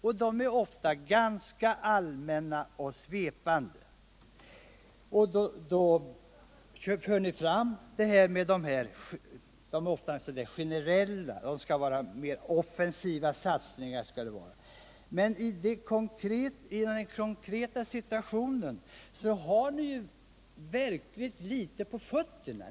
Ni säger att det skall vara mer generella och mer offensiva satsningar. Men i verkligheten har ni ju mycket litet på fötterna.